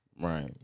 Right